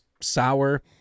sour